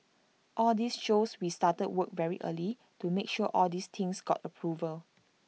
all this shows we started work very early to make sure all these things got approval